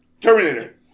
Terminator